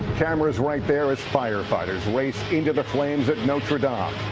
cameras right there as firefighters race into the flames at notre dame.